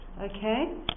okay